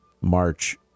March